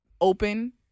open